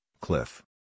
cliff